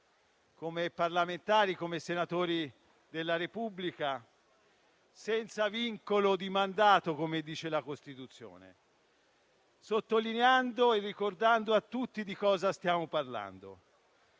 come parlamentari, come senatori della Repubblica, senza vincolo di mandato, come dice la Costituzione, sottolineando e ricordando a tutti di cosa stiamo parlando.